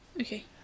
okay